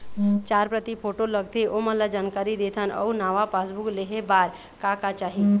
चार प्रति फोटो लगथे ओमन ला जानकारी देथन अऊ नावा पासबुक लेहे बार का का चाही?